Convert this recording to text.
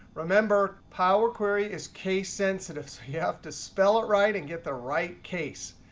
remember, power query is case sensitive. so you have to spell it right and get the right case.